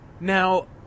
Now